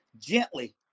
gently